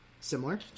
similar